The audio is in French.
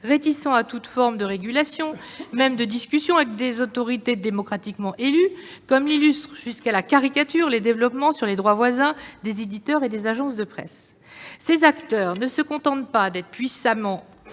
réticents à toute forme de régulation, et même de discussion, avec des autorités démocratiquement élues, comme l'illustrent jusqu'à la caricature les développements sur les droits voisins des éditeurs et des agences de presse. Ces acteurs ne se contentent pas d'être puissants,